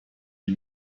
die